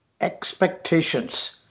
expectations